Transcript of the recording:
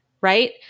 right